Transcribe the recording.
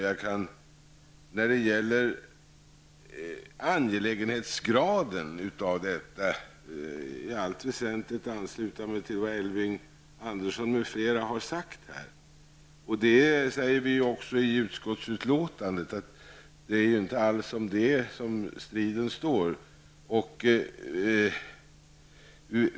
Jag kan när det gäller angelägenhetsgraden av detta i allt väsentligt ansluta mig till vad Elving Andersson m.fl. har sagt här. Det säger vi också i utskottsutlåtandet. Det är inte alls om detta striden står.